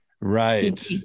Right